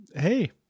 Hey